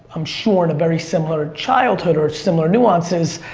i'm sure, in a very similar childhood, or similar nuances,